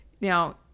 now